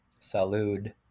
Salud